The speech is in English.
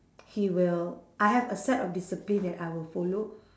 he will I have a set of discipline that I will follow